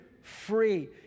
free